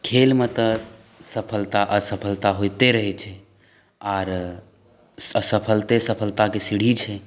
खेल मे तऽ सफलता असफलता होइते रहै छै आर असफलते सफलताकेँ सीढ़ी छै